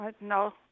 No